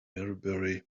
maybury